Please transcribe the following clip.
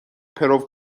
پرو